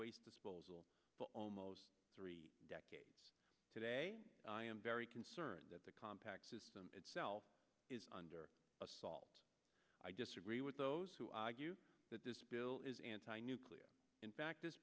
waste disposal for almost three decades today i am very concerned that the compact system itself is under assault i disagree with those who argue that this bill is anti nuclear in fact this